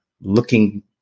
looking